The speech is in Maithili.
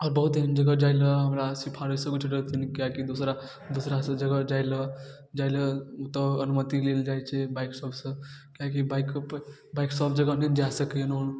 आओर बहुत एहन जगह जाइलए हमरासे सिफारिश किएकि दोसरा दोसरा सब जगह जाइलए जाइलए तऽ अनुमति लेल जाइ छै बाइक सबसँ किएकि बाइक सबपर तऽ बाइक सब जगह नहि ने जा सकैए